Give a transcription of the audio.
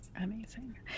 amazing